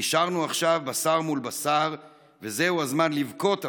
/ נשארנו עכשיו בשר מול בשר / וזהו הזמן לבכות,